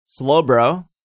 Slowbro